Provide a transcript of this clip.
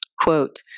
quote